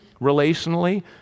relationally